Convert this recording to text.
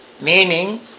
meaning